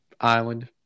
island